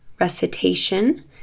recitation